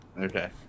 okay